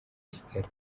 kigali